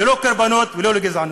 ללא קורבנות וללא גזענות.